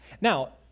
Now